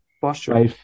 posture